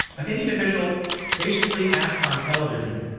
an indian official basically asked on television,